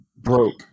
broke